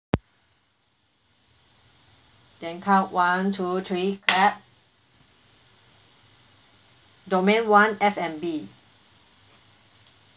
then count one two three clap domain one F&B